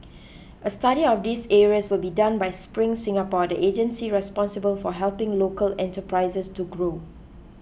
a study of these areas will be done by Spring Singapore the agency responsible for helping local enterprises to grow